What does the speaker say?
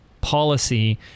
policy